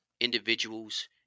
individuals